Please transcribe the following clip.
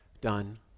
done